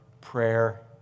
prayer